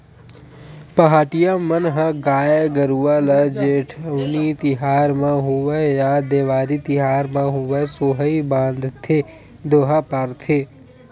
पहाटिया मन ह गाय गरुवा ल जेठउनी तिहार म होवय या देवारी तिहार म होवय सोहई बांधथे दोहा पारत